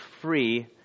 free